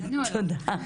שלנו,